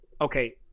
okay